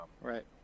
Right